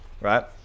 right